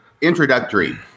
introductory